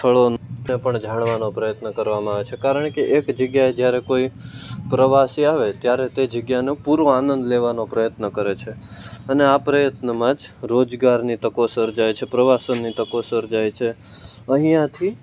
સ્થળોને પણ જાણવા પ્રયત્ન કરવામાં આવે છે કારણકે એક જગ્યાએ જ્યારે કોઈ પ્રવાસે આવે ત્યારે તે જગ્યાનો પૂરો આનંદ લેવાનો પ્રયત્ન કરે છે અને આ પ્રયત્નમાં જ રોજગારની તકો સર્જાય છે પ્રવાસનની તકો સર્જાય છે અહીંયાથી